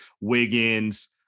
Wiggins